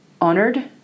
honored